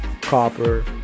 copper